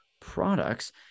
products